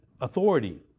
authority